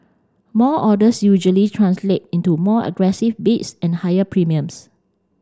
more orders usually translate into more aggressive bids and higher premiums